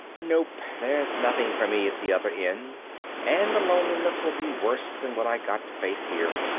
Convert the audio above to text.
nope, there's nothing for me at the other end and the loneliness will be worse than what i got to face here.